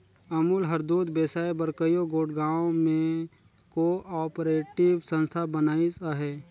अमूल हर दूद बेसाए बर कइयो गोट गाँव में को आपरेटिव संस्था बनाइस अहे